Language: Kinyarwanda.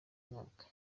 mwaka